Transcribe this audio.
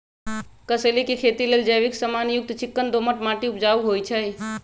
कसेलि के खेती लेल जैविक समान युक्त चिक्कन दोमट माटी उपजाऊ होइ छइ